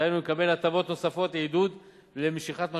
דהיינו יקבל הטבות נוספות לעידוד ולמשיכת משקיעים.